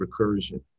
recursion